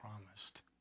promised